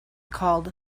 called